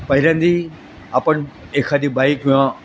पहिल्यांदा आपण एखादी बाई किंवा